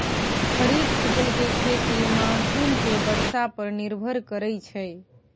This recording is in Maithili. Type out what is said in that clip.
खरीफ फसल के खेती मानसून के बरसा पर निर्भर करइ छइ